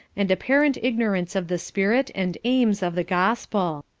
and apparent ignorance of the spirit and aims of the gospel.